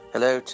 Hello